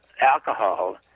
alcohol